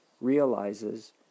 realizes